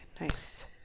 nice